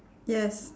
yes